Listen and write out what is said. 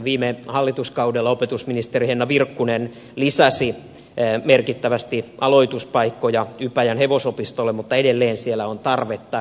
viime hallituskaudella opetusministeri henna virkkunen lisäsi merkittävästi aloituspaikkoja ypäjän hevosopistolle mutta edelleen siellä on tarvetta